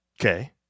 Okay